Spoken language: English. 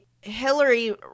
Hillary